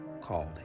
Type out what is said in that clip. called